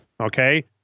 Okay